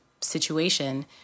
situation